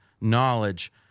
knowledge